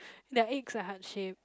their eggs are heart shape